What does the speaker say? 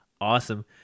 awesome